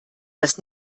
das